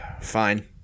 Fine